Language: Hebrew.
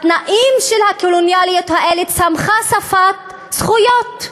בתנאים של הקולוניאליות הזאת צמחה שפת זכויות.